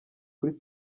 kuri